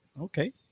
Okay